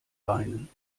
beinen